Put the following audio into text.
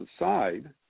aside